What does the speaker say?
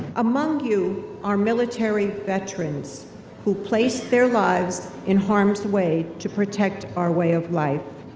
among you are military veterans who placed their lives in harm's way to protect our way of life.